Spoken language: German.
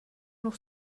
noch